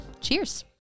Cheers